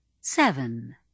Seven